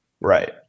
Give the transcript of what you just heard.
right